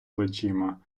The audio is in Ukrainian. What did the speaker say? плечима